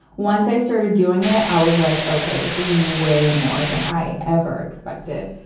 once i started doing it, i was like, okay, this is way more than i ever expected.